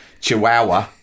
chihuahua